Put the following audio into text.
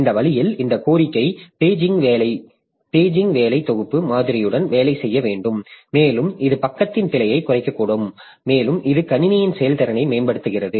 இந்த வழியில் இந்த கோரிக்கை பேஜிங் வேலை தொகுப்பு மாதிரியுடன் வேலை செய்ய வேண்டும் மேலும் இது பக்கத்தின் பிழையை குறைக்கக்கூடும் மேலும் இது கணினி செயல்திறனை மேம்படுத்துகிறது